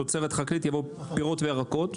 "תוצרת חקלאית" יבואו: פירות וירקות.